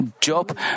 Job